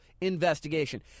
investigation